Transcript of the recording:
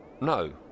No